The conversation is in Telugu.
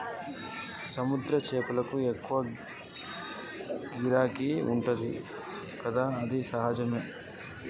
సముద్ర చేపలకు ఎక్కువ గిరాకీ ఉంటది కదా అది సహజమే